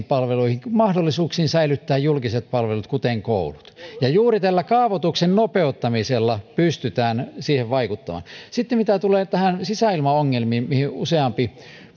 palveluihin kuin mahdollisuuksiin säilyttää julkiset palvelut kuten koulut ja juuri tällä kaavoituksen nopeuttamisella pystytään siihen vaikuttamaan mitä tulee sisäilmaongelmiin mihin useampi